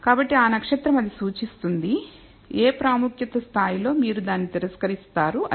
కాబట్టి ఆ నక్షత్రం అది సూచిస్తుంది ఏ ప్రాముఖ్యత స్థాయిలో మీరు దాన్ని తిరస్కరిస్తారు అది